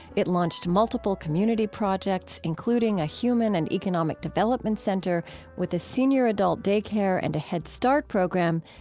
it launched multiple community projects, including a human and economic development center with a senior adult daycare and a head start program.